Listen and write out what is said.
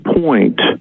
point